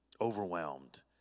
overwhelmed